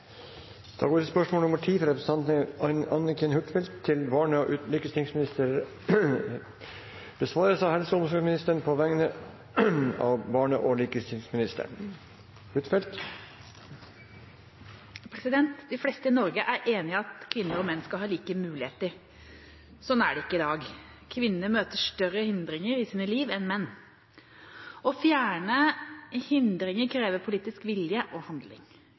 fra representanten Anniken Huitfeldt til barne- og likestillingsministeren, vil bli besvart av helse- og omsorgsministeren på vegne av barne- og likestillingsministeren, som er bortreist. «De fleste i Norge er enig i at kvinner og menn skal ha like muligheter. Sånn er det ikke i dag. Kvinner møter større hindringer i sine liv enn menn. Å fjerne hindringene krever politisk vilje og handling.